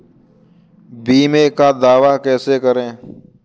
बीमे का दावा कैसे करें?